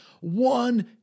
one